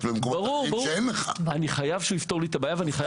ואני חייב שהוא יתקיים.